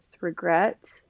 regret